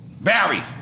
Barry